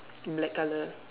black colour